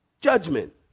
judgment